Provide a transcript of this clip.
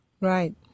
Right